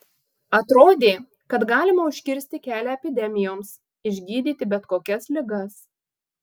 atrodė kad galima užkirsti kelią epidemijoms išgydyti bet kokias ligas